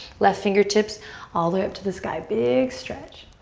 left fingertips all the way up to the sky. big stretch.